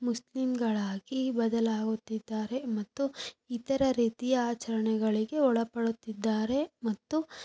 ಮುಸ್ಲಿಂಗಳಾಗಿ ಬದಲಾಗುತ್ತಿದ್ದಾರೆ ಮತ್ತು ಇತರ ರೀತಿಯ ಆಚರಣೆಗಳಿಗೆ ಒಳಪಡುತ್ತಿದ್ದಾರೆ ಮತ್ತು